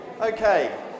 okay